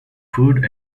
food